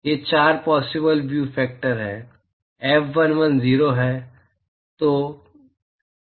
ये चार possible view factor हैं F11 0 है